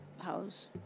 house